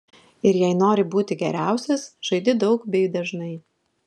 ir jei nori būti geriausias žaidi daug bei dažnai